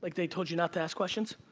like they told you not to ask questions,